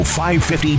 550